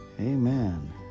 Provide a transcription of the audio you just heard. Amen